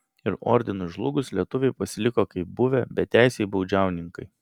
ir ordinui žlugus lietuviai pasiliko kaip buvę beteisiai baudžiauninkai